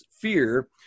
fear